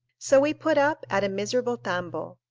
so we put up at a miserable tambo,